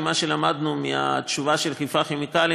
ממה שלמדנו מהתשובה של חיפה כימיקלים,